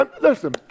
Listen